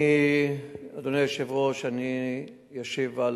אדוני היושב-ראש, אני אשיב על